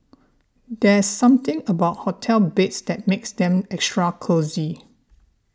there's something about hotel beds that makes them extra cosy